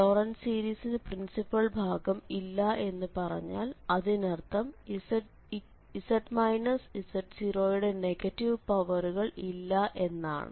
Laurent സീരിസിനു principal ഭാഗം ഇല്ല എന്നു പറഞ്ഞാൽ അതിനർത്ഥം z z0ന്റെ നെഗറ്റീവ് പവറുകൾ ഇല്ല എന്നാണ്